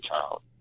child